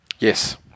Yes